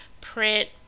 print